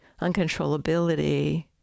uncontrollability